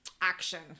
action